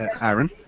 Aaron